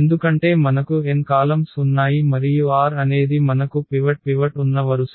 ఎందుకంటే మనకు n columns ఉన్నాయి మరియు r అనేది మనకు పివట్ ఉన్న వరుసలు